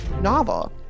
novel